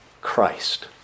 Christ